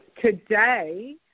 today